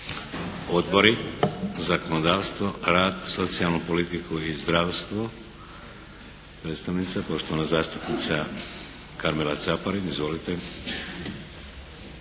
Odbori. Zakonodavstvo, rad, socijalnu politiku i zdravstvo. Predstavnica, poštovana zastupnica Karmela Caparin. Izvolite.